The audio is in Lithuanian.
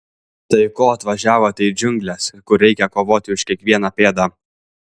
tai ko atvažiavote į džiungles kur reikia kovoti už kiekvieną pėdą